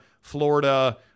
Florida